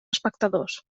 espectadors